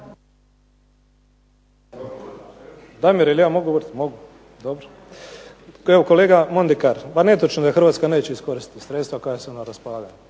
Jel ja mogu govoriti? Mogu. Evo kolega Mondekar ma netočno je da Hrvatska neće iskoristiti sredstva koja su na raspolaganju.